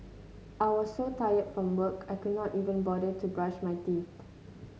I was so tired from work I could not even bother to brush my teeth